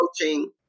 approaching